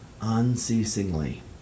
unceasingly